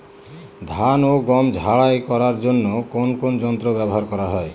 ধান ও গম ঝারাই করার জন্য কোন কোন যন্ত্র ব্যাবহার করা হয়?